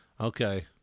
Okay